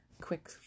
quick